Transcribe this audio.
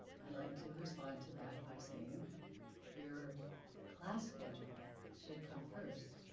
i like to respond to that by saying your class schedule should come first,